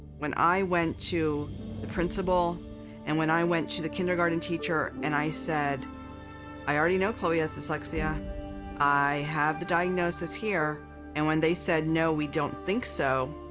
when i went to the principal and when i went to the kindergarten teacher and i said i already know chloe has dyslexia i have the diagnosis here and when they said no we don't think so,